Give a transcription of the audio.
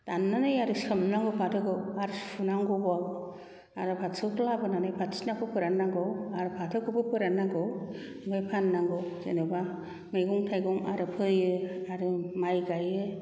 दाननानै आरो सोमनांगौ फाथोखौ आरो सुनांगौबाव आरो खाथियाव लाबोनानै फाथिसिनाखौ फोराननांगौ आरो फाथोखौबो फोराननांगौ ओमफ्राय फाननांगौ जेनबा मैगं थाइगं आरो फोयो थारुन माइ गाइयो